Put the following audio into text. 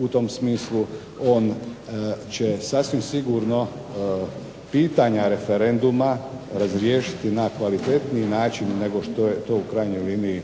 u tom smislu on će sasvim sigurno pitanja referenduma razriješiti na kvalitetniji način nego što je to u krajnjoj liniji